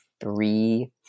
three